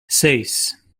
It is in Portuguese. seis